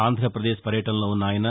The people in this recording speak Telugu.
ఆంధ్రప్రదేశ్ పర్యటనలో ఉన్న ఆయన